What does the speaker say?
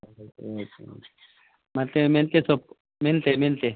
okay ಮತ್ತು ಮೆಂತ್ಯೆ ಸೊಪ್ಪು ಮೆಂತ್ಯೆ ಮೆಂತ್ಯೆ